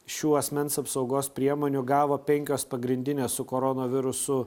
šių asmens apsaugos priemonių gavo penkios pagrindinės su koronavirusu